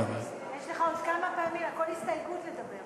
יש לך עוד כמה פעמים, על כל הסתייגות, לדבר.